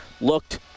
looked